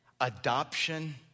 adoption